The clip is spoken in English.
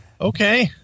Okay